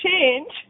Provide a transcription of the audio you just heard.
change